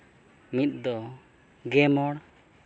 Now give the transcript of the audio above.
ᱢᱤᱫ ᱫᱚ ᱜᱮ ᱢᱚᱬ